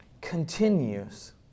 continues